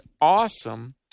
awesome